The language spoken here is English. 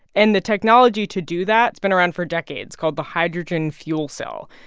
and the technology to do that's been around for decades called the hydrogen fuel cell.